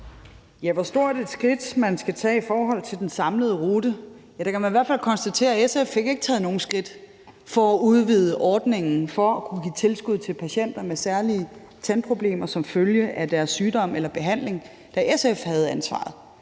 til hvor stort et skridt man skal tage i forhold til den samlede rute, kan man i hvert fald konstatere, at SF ikke fik taget nogen skridt for at udvide ordningen for at kunne give tilskud til patienter med særlige tandproblemer som følge af deres sygdom eller behandling, da SF havde ansvaret.